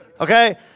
Okay